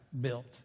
built